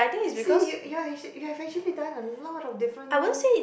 you see you ya you have actually done a lot of different